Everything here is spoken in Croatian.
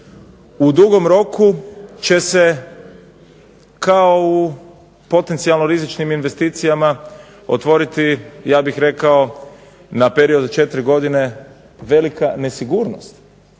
u dugom roku će se kao u potencijalno rizičnim investicijama otvoriti na period od 4 godine velika nesigurnost